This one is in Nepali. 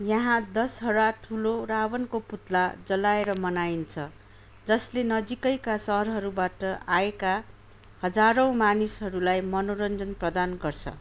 यहाँ दसहरा ठुलो रावणको पुतला जलाएर मनाइन्छ जसले नजिकैका सहरहरूबाट आएका हजारौँ मानिसहरूलाई मनोरञ्जन प्रदान गर्छ